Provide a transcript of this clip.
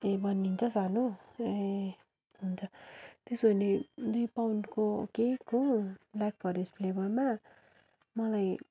ए बनिन्छ सानो ए हुन्छ त्यसो भने दुई पाउन्डको केक हो ब्लाक फरेस्ट फ्लेबरमा मलाई